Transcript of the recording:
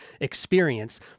experience